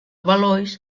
valois